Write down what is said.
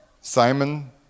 Simon